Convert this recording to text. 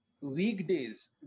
weekdays